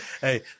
Hey